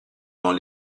dans